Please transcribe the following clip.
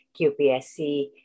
QPSC